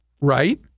Right